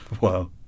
Wow